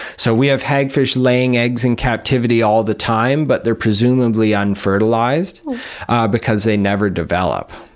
so, we have hagfish laying eggs in captivity all the time, but they're presumably unfertilized because they never develop.